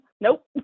Nope